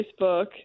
Facebook